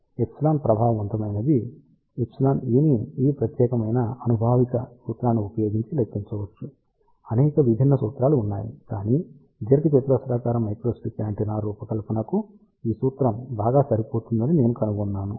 epsilon ప్రభావవంతమైనది εe ని ఈ ప్రత్యేకమైన అనుభావిక సూత్రాన్ని ఉపయోగించి లెక్కించవచ్చు అనేక విభిన్న సూత్రాలు ఉన్నాయి కానీ దీర్ఘచతురస్రాకార మైక్రోస్ట్రిప్ యాంటెన్నా రూపకల్పనకు ఈ సూత్రం బాగా సరిపోతుందని నేను కనుగొన్నాను